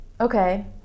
Okay